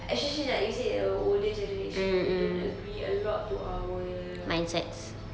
especially like you said the older generation they don't agree a lot to our